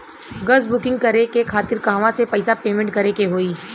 Gas booking करे के खातिर कहवा से पैसा पेमेंट करे के होई?